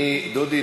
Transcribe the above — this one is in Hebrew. דודי,